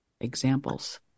examples